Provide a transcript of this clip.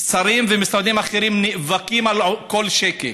שרים ומשרדים אחרים נאבקים על כל שקל.